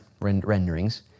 renderings